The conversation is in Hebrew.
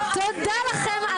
תודה רבה, הישיבה נעולה.